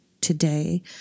today